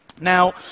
Now